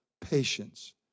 patience